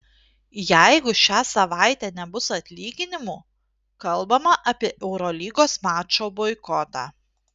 jeigu šią savaitę nebus atlyginimų kalbama apie eurolygos mačo boikotą